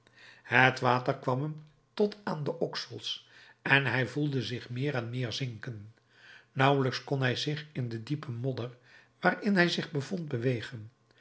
het water kwam hem tot aan de oksels en hij voelde zich meer en meer zinken nauwelijks kon hij zich in de diepe modder waarin hij zich bevond bewegen